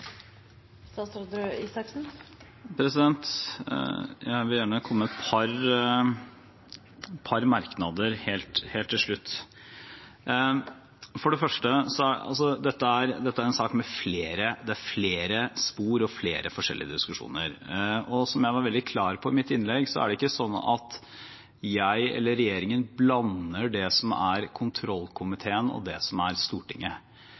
Jeg vil gjerne komme med et par merknader helt til slutt. For det første: Dette er en sak med flere spor, og det er flere forskjellige diskusjoner. Som jeg var veldig klar på i mitt innlegg, er det ikke slik at jeg eller regjeringen blander det som er kontrollkomiteen, og det som er Stortinget.